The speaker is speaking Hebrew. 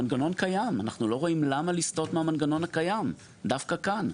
אנחנו לא מבינים למה לסטות מהמנגנון הקיים דווקא כאן.